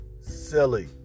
silly